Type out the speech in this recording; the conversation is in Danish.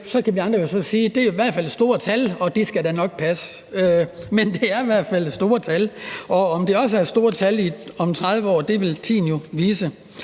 Så kan vi andre jo så sige, at det i hvert fald er store tal, og at det da skal nok passe, men det er i hvert fald store tal, og om det også er store tal om 30 år, vil tiden vise.